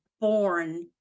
born